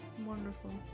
Wonderful